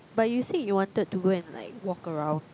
but you said you wanted to go and like walk around